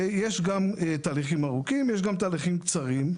יש גם תהליכים ארוכים ויש גם תהליכים קצרים.